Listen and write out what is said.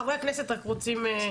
חברי הכנסת רק רוצים,